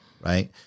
right